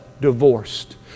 divorced